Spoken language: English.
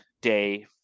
day